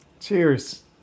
Cheers